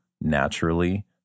naturally